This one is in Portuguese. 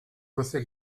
você